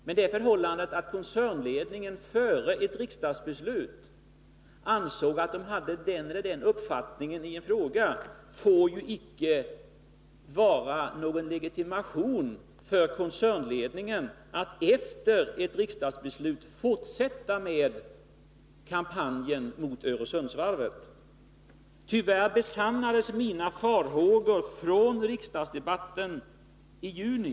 Men det förhållandet att koncernledningen före riksdagsbeslutet hade den ena eller andra uppfattningen är ju ingen legitimation för koncernledningen att efter riksdagsbeslutet fortsätta med sin kampanj mot Öresundsvarvet. Tyvärr besannades mina farhågor från riksdagsdebatten i juni.